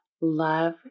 Love